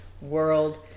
world